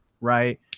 right